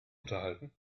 unterhalten